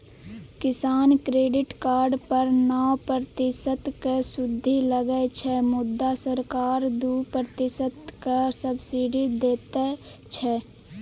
किसान credit card पर नौ प्रतिशतक सुदि लगै छै मुदा सरकार दु प्रतिशतक सब्सिडी दैत छै